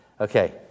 Okay